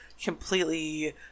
completely